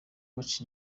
baca